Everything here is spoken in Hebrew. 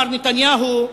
מר נתניהו,